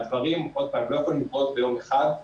עוד פעם, הדברים לא יכולים לקרות ביום אחד.